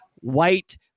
white